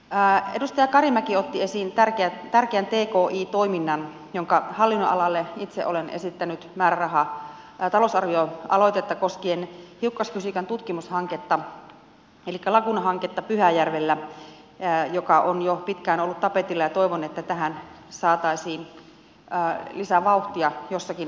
edustaja karimäki otti esiin tärkeän tki toiminnan jonka hallinnonalalle itse olen esittänyt määrärahaa talousarvioaloitetta koskien hiukkasfysiikan tutkimushanketta elikkä laguna hanketta pyhäjärvellä joka on jo pitkään ollut tapetilla ja toivon että tähän saataisiin lisävauhtia jossakin vaiheessa